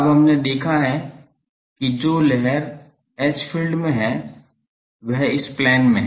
अब हमने देखा है कि जो लहर एच फील्ड में है वह इस प्लेन में है